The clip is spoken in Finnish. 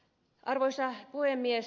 arvoisa puhemies